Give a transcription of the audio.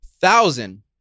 thousand